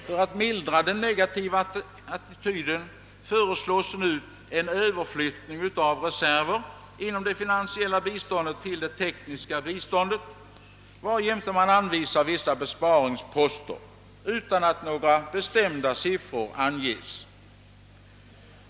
För att mildra den negativa attityden föreslår man nu en överflyttning av reserver inom det finansiella biståndet till det tekniska biståndet, varjämte man anvisar vissa besparingsposter — utan att några bestämda siffror anges. "